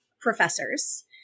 professors